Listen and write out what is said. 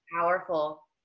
powerful